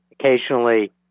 occasionally